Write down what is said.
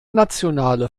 nationale